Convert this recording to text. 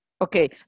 Okay